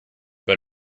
but